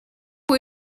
pwy